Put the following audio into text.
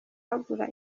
agura